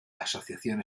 asociación